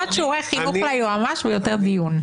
ואני מציעה רק פחות שיעורי חינוך ליועמ"ש ויותר דיון.